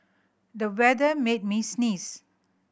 the weather made me sneeze